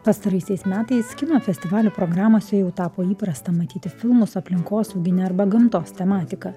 pastaraisiais metais kino festivalių programose jau tapo įprasta matyti filmus aplinkosaugine arba gamtos tematika